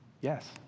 Yes